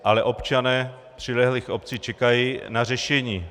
Ale občané přilehlých obcí čekají na řešení.